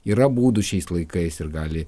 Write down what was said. yra būdų šiais laikais ir gali